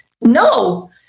No